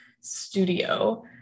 studio